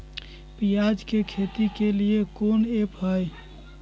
प्याज के खेती के लिए कौन ऐप हाय?